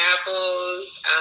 apples